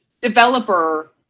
developer